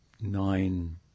nine